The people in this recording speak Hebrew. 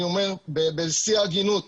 אני אומר בשיא ההגינות,